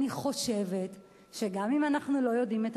אני חושבת שגם אם אנחנו לא יודעים את